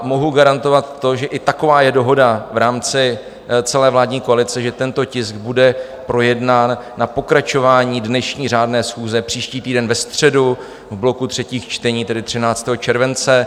Mohu garantovat to, že i taková je dohoda v rámci celé vládní koalice, že tento tisk bude projednán na pokračování dnešní řádné schůze příští týden ve středu v bloku třetích čtení, tedy 13. července.